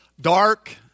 dark